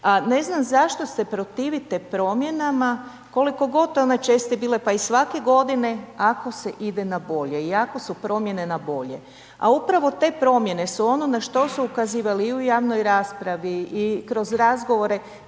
ne znam zašto se protivite promjenama, koliko god one česte bile, pa i svake godine ako se ide na bolje i ako su promjene na bolje. A upravo te promjene su ono na što su ukazivale i u javnoj raspravi i kroz razgovore